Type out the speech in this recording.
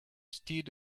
steed